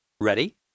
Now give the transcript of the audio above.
Ready